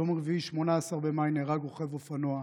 ביום רביעי, 18 במאי, נהרג רוכב אופנוע,